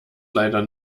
leider